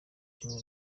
kimwe